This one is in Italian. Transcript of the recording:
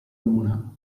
luna